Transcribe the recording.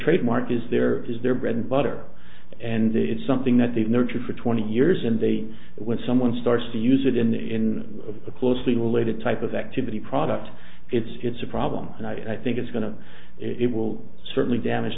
trademark is their is their bread and butter and it's something that they've nurtured for twenty years and they when someone starts to use it in a closely related type of activity product it's a problem and i think it's going to it will certainly damage